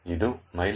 ಇದು mylib